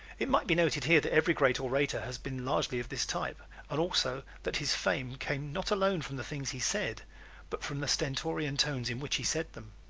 it might be noted here that every great orator has been largely of this type, and also that his fame came not alone from the things he said but from the stentorian tones in which he said them.